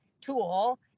tool